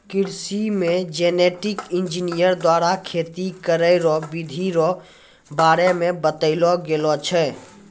कृषि मे genetic engineer द्वारा खेती करै रो बिधि रो बारे मे बतैलो गेलो छै